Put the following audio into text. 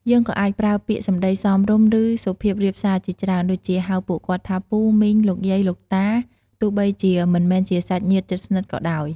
យើងក៏អាចប្រើពាក្យសម្ដីសមរម្យ និង សុភាពរាបសារជាច្រើន ដូចជា ហៅពួកគាត់ថា ពូ មីង លោកតា លោកយាយ ទោះបីជាមិនមែនជាសាច់ញាតិជិតស្និទ្ធក៏ដោយ។